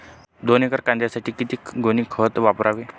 दोन एकर कांद्यासाठी किती गोणी खत वापरावे?